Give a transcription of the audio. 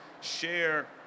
share